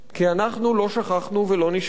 כי אנחנו לא שכחנו ולא נשכח,